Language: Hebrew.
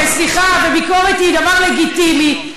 ביקורת היא דבר לגיטימי,